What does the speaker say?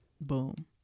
boom